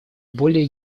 более